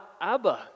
Abba